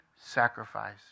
sacrifice